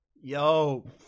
Yo